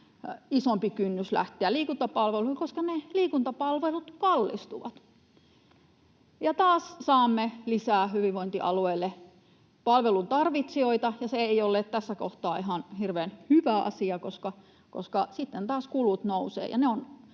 isompi kynnys lähteä liikuntapalveluihin, koska ne liikuntapalvelut kallistuvat. Ja taas saamme hyvinvointialueille lisää palvelun tarvitsijoita, ja se ei ole tässä kohtaa ihan hirveän hyvä asia, koska sitten taas kulut nousevat.